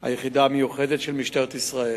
היחידה המיוחדת של משטרת ישראל,